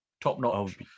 top-notch